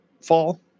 fall